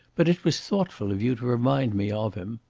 but it was thoughtful of you to remind me of him.